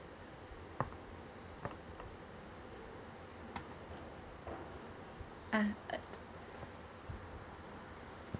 uh